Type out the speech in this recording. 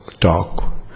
talk